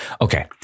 Okay